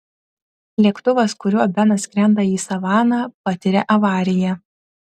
lėktuvas kuriuo benas skrenda į savaną patiria avariją